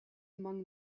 among